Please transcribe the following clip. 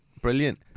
brilliant